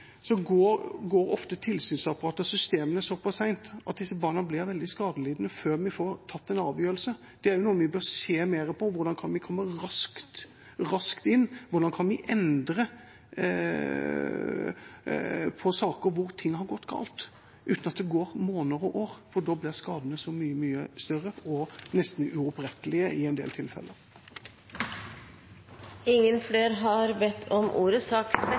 systemene så sent at disse barna blir veldig skadelidende før vi får tatt en avgjørelse. Det er også noe vi bør se mer på – hvordan vi kan komme raskt inn, hvordan vi kan endre på saker hvor ting har gått galt, uten at det går måneder og år, for da blir skadene så mye større og nesten uopprettelige i en del tilfeller. Flere har ikke bedt om ordet til sak